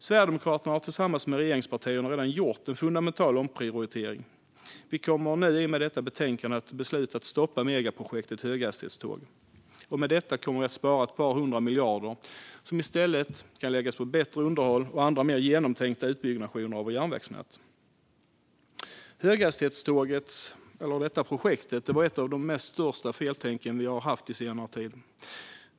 Sverigedemokraterna har tillsammans med regeringspartierna redan gjort en fundamental omprioritering. Vi kommer nu i och med detta betänkande att besluta att stoppa megaprojektet höghastighetståg. I och med detta kommer vi att spara ett par hundra miljarder som i stället kan läggas på bättre underhåll och andra mer genomtänkta utbyggnationer av vårt järnvägsnät. Höghastighetstågsprojektet var ett av de största feltänk som vi har haft på senare tid.